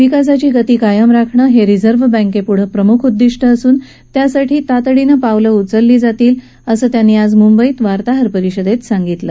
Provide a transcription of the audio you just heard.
विकासाची गती कायम राखणं हे रिर्झव्ह बॅंकेपुढे प्रमुख उदिष्ट असून त्यासाठी तातडीची पावलं उचलली जातील असं त्यांनी आज मुंबईत वार्ताहर परिषदेत सांगितलं